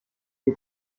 più